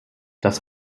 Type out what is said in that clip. das